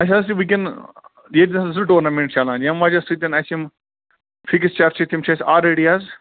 اَسہِ حظ چھِ وٕنکٮ۪ن ییٚتہِ زٕ ٹورنامیٚنٹ چَلان ییٚمہِ وجہ سۭتۍ اَسہِ یِم فِکسچَر چھِ تِم چھِ اَسہِ آلریڈی حظ